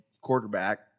quarterback